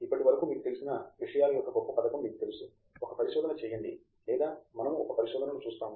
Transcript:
ఇప్పటివరకు మీకు తెలిసిన విషయాల యొక్క గొప్ప పథకం మీకు తెలుసు ఒక పరిశోధన చేయండి లేదా మనము ఒక పరిశోధనను చూస్తాము